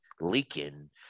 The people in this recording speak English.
leaking